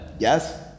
Yes